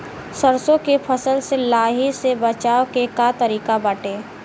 सरसो के फसल से लाही से बचाव के का तरीका बाटे?